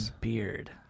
beard